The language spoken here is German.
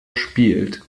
spielt